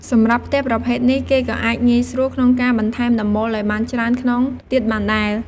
សម្រាប់ផ្ទះប្រភេទនេះគេក៏អាចងាយស្រួលក្នុងការបន្ថែមដំបូលឱ្យបានច្រើនខ្នងទៀតបានដែល។